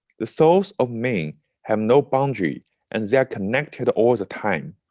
the souls of men have no boundary and they are connected all the time.